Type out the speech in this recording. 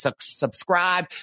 subscribe